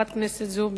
חברת הכנסת זועבי,